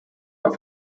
auf